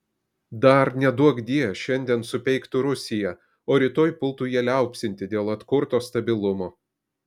dar neduokdie šiandien supeiktų rusiją o rytoj pultų ją liaupsinti dėl atkurto stabilumo